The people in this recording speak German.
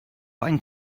einen